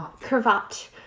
cravat